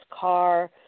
car